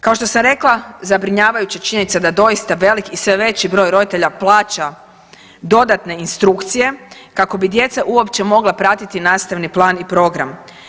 Kao što sam rekla zabrinjavajuća je činjenica da doista velik i sve veći broj roditelja plaća dodatne instrukcije kako bi djeca uopće mogla pratiti nastavni plani i program.